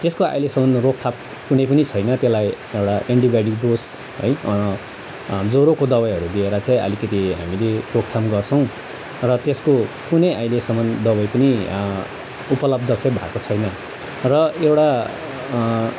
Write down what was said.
त्यस्को आहिलेसम्मन रोकथाम कुनै पनि छैन त्यसलाई एउटा एन्टिबायोटिक डोज है जरोको दबाईहरू दिएर चाहिँ आलिकति हामीले रोकथाम गर्छौँ र त्यसको कुनै अहिलेसम्म दबाई पनि उपलब्ध चाहिँ भएको छैन र एउटा